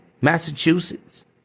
Massachusetts